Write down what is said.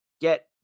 Get